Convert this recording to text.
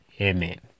Amen